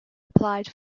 applied